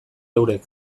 eurek